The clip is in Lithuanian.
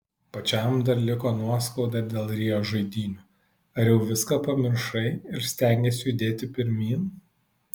pačiam dar liko nuoskauda dėl rio žaidynių ar jau viską pamiršai ir stengiesi judėti pirmyn